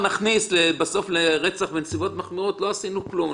נכניס לרצח בנסיבות מחמירות אז לא עשינו כלום.